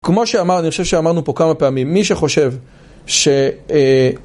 כמו שאמר, אני חושב שאמרנו פה כמה פעמים, מי שחושב ש...